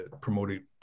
promoting